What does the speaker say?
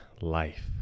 life